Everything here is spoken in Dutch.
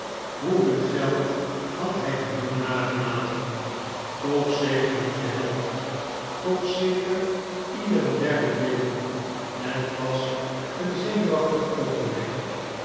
hoeveel geld had hij dien jongen nagelaten toch zeker niet de helft toch zeker ieder een derde deel het was een zenuwachtig oogenblik